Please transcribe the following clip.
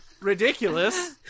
Ridiculous